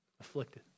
afflicted